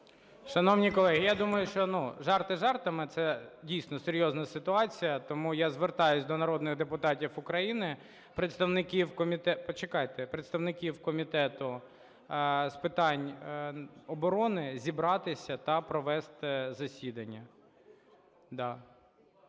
Шановні колеги, я думаю, що жарти жартами, це дійсно серйозна ситуація. Тому я звертаюся до народних депутатів України, представників Комітету з питань оборони зібратися та провести засідання.